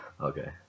Okay